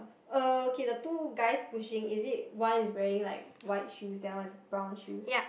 uh okay the two guys pushing is it one is wearing like white shoes the other one is brown shoes